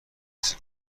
کسی